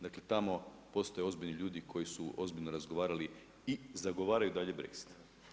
Dakle tamo postoje ozbiljni ljudi koji su ozbiljno razgovarali i zagovaraju dalje Brexit.